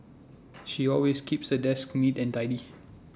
she always keeps her desk neat and tidy